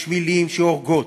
יש מילים שהורגות,